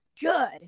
good